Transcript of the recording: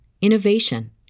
innovation